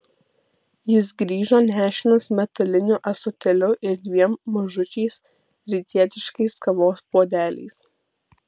jis grįžo nešinas metaliniu ąsotėliu ir dviem mažučiais rytietiškais kavos puodeliais